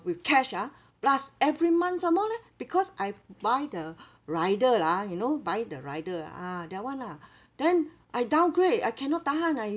with cash ah plus every month some more leh because I buy the rider lah you know buy the rider ah that [one] lah then I downgrade I cannot tahan I